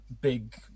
big